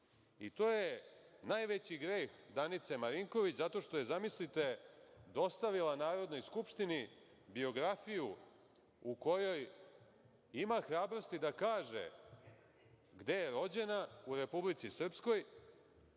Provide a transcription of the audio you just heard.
je najveći greh Danice Marinković zato što je, zamislite, dostavila Narodnoj skupštini biografiju u kojoj ima hrabrosti da kaže gde je rođena, u Republici Srpskoj,